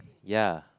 ya